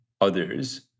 others